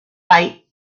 byte